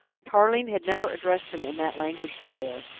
tarling had never addressed him in that language before,